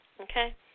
Okay